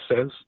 says